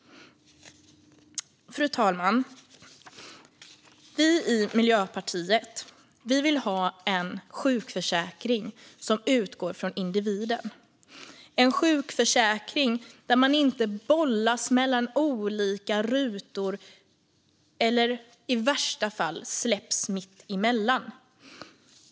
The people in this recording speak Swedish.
Fru talman! Miljöpartiet vill ha en sjukförsäkring som utgår från individen, en sjukförsäkring där man inte bollas mellan olika rutor eller i värsta fall släpps mitt emellan.